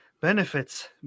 benefits